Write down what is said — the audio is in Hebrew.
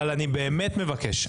אני באמת מבקש,